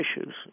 issues